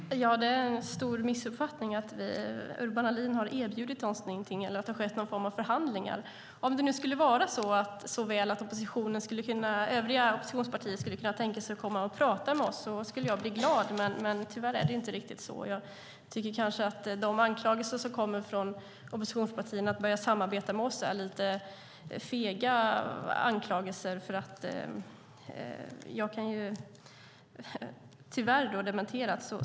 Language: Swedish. Herr talman! Det är en stor missuppfattning att Urban Ahlin har erbjudit oss någonting eller att det har skett någon form av förhandlingar. Om det nu skulle vara så väl att övriga oppositionspartier skulle kunna tänka sig att komma och prata med oss skulle jag bli glad. Tyvärr är det inte riktigt så. Jag tycker kanske att de anklagelser som kommer om att oppositionspartierna börjat samarbeta med oss är lite fega, för jag kan tyvärr dementera.